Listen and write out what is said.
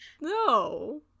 no